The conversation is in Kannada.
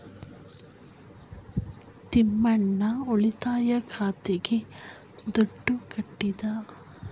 ತಿಮ್ಮಣ್ಣ ಉಳಿತಾಯ ಖಾತೆಗೆ ದುಡ್ಡು ಕಟ್ಟದ